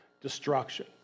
destruction